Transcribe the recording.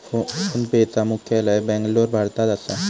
फोनपेचा मुख्यालय बॅन्गलोर, भारतात असा